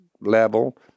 level